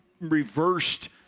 reversed